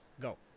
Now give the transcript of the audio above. Go